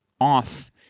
off